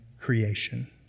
creation